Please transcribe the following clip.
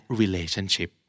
relationship